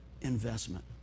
investment